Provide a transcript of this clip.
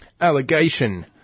Allegation